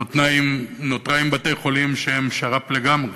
נותרה עם בתי-חולים שהם שר"פ לגמרי.